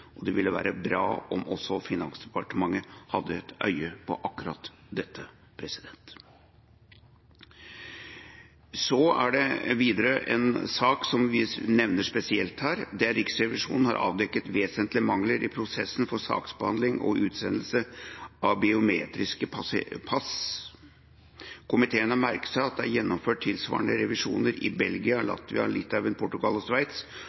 Det ville være bra om også Finansdepartementet hadde et øye på akkurat dette. Videre er det en sak som vi her nevner spesielt. Riksrevisjonen har avdekket vesentlige mangler i prosessen for saksbehandling og utsendelse av biometriske pass. Komiteen har merket seg at det er gjennomført tilsvarende revisjoner i Belgia, Latvia, Litauen, Portugal og Sveits,